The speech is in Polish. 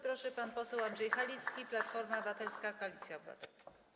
Proszę, pan poseł Andrzej Halicki, Platforma Obywatelska - Koalicja Obywatelska.